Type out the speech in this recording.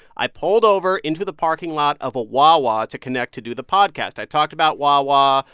i pulled over into the parking lot of a wawa to connect to do the podcast. i talked about wawa.